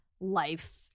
life